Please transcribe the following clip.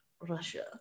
Russia